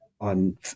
on